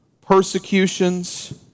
persecutions